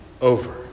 over